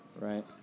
Right